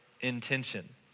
intention